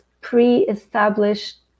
pre-established